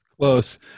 Close